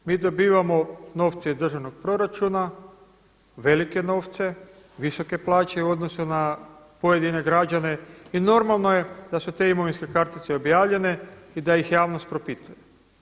Mi dobivamo novce iz državnog proračuna, velike novce, visoke plaće u odnosu na pojedine građane i normalno je da su te imovinske kartice objavljene i da ih javnost propituje.